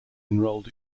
enrolled